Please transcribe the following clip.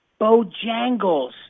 Bojangles